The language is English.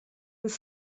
was